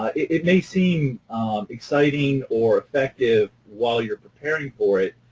it may seem exciting or effective while you're preparing for it,